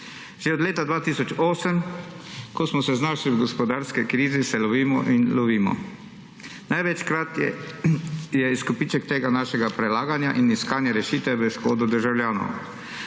Že od leta 2008, ko smo se znašli v gospodarski krizi, se lovimo in lovimo. Največkrat je izkupiček tega našega prelaganja in iskanja rešitev v škodo državljanov.